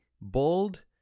bold